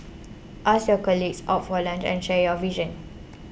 ask your colleagues out for lunch and share your visions